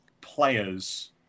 players